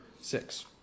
six